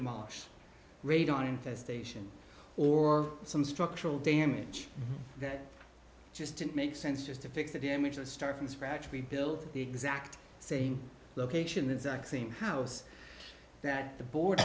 demolished radon infestation or some structural damage that just didn't make sense just to fix the damage and start from scratch rebuilt the exact same location exact same house that the bord